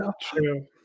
true